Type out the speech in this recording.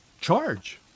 charge